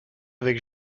avec